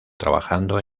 trabajando